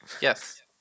Yes